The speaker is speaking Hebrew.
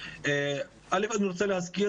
א', אני רוצה להזכיר